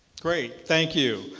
great. thank you.